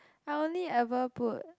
I only ever put